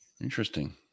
Interesting